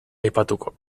aipatuko